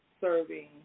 serving